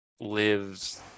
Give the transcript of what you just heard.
lives